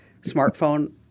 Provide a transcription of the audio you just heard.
smartphone